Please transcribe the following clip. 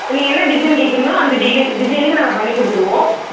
நீங்கள் என்ன டிசைன் கேட்குறீங்களோ அந்த டியே டிசைனிங்கே நாங்கள் பண்ணிக் கொடுத்துருவோம்